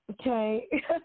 Okay